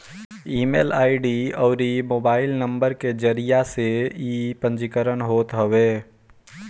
email ID अउरी mobile number के जरिया से इ पंजीकरण होत हवे